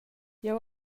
jeu